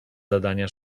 zadania